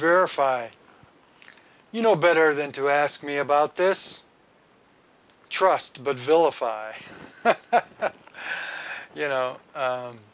verify you know better than to ask me about this trust but vilify you know